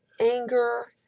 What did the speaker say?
anger